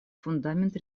фундамент